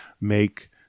make